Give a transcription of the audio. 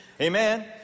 Amen